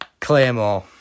Claymore